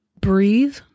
breathe